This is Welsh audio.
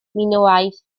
minoaidd